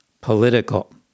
political